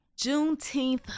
Juneteenth